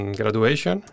graduation